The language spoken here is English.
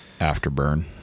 afterburn